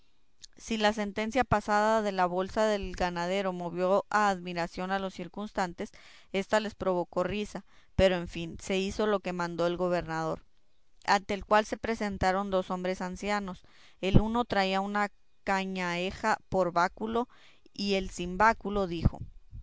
si la sentencia pasada de la bolsa del ganadero movió a admiración a los circunstantes ésta les provocó a risa pero en fin se hizo lo que mandó el gobernador ante el cual se presentaron dos hombres ancianos el uno traía una cañaheja por báculo y el sin báculo dijo